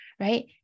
right